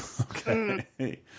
Okay